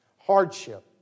hardship